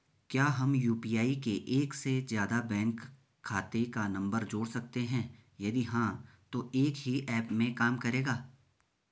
क्या हम यु.पी.आई में एक से ज़्यादा बैंक खाते का नम्बर जोड़ सकते हैं यदि हाँ तो एक ही ऐप में काम करेगा?